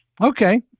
Okay